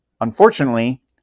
Unfortunately